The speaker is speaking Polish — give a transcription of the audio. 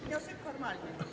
Wniosek formalny.